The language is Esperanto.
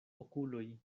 okuloj